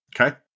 Okay